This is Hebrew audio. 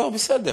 לא, בסדר,